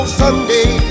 someday